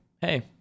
hey